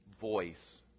voice